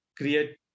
create